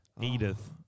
Edith